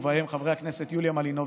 ובהם חברי הכנסת יוליה מלינובסקי,